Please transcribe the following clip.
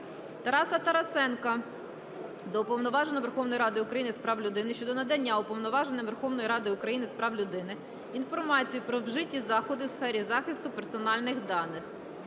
Тараса Тарасенка до Уповноваженого Верховної Ради України з прав людини щодо надання Уповноваженим Верховної Ради України з прав людини інформації про вжиті заходи у сфері захисту персональних даних.